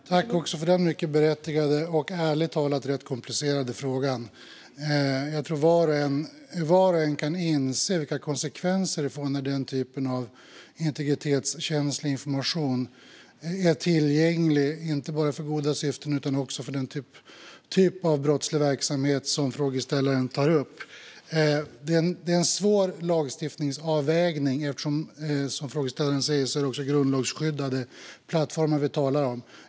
Fru talman! Jag tackar också för den mycket berättigade och ärligt talat rätt komplicerade frågan. Jag tror att var och en kan inse vilka konsekvenser det får när den typen av integritetskänslig information är tillgänglig, inte bara för goda syften utan också för den typ av brottslig verksamhet som frågeställaren tar upp. Det är en svår lagstiftningsavvägning, för som frågeställaren säger är det grundlagsskyddade plattformar som vi talar om.